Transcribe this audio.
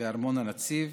בארמון הנציב,